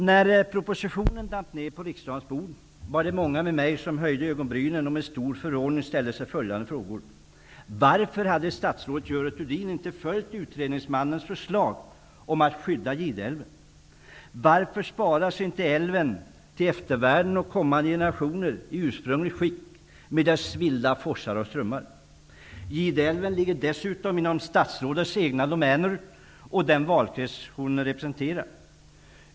När propositionen damp ner på riksdagens bord var det många med mig som höjde ögonbrynen och med stor förvåning ställde sig följande frågor. Varför hade statsrådet Görel Thurdin inte följt utredningsmannens förslag att skydda Gideälven? Varför sparas inte älven till eftervärlden och kommande generationer i ursprungligt skick med sina vilda forsar och strömmar? Gideälven ligger dessutom inom statsrådets egna domäner och den valkrets hon representerar.